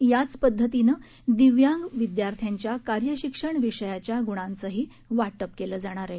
याच पद्धतीनं दिव्यांग विद्यार्थ्यांच्या कार्यशिक्षण विषयाच्या गुणांचंही वाटप केलं जाणार आहे